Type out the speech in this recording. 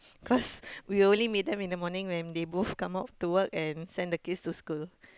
cause we only meet them in the morning when they both come out to work and send the kids to school